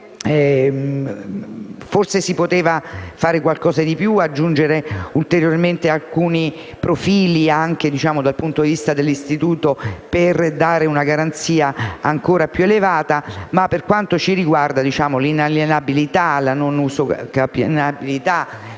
forse si poteva fare qualcosa di più e aggiungere ulteriormente alcuni profili, anche dal punto di vista dell'istituto, per dare una garanzia ancora più elevata, tuttavia per noi l'inalienabilità e la inusucapibilità